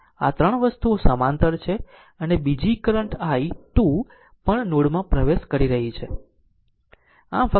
આમ આ 3 વસ્તુઓ સમાંતર છે અને બીજી કરંટ i 2 પણ નોડ માં પ્રવેશ કરી રહી છે